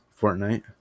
Fortnite